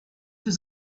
was